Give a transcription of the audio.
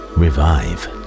revive